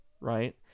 right